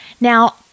Now